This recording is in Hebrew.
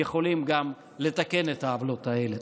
יכולים גם לתקן את העוולות האלה.